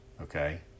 Okay